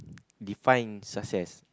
define success